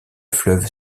fleuve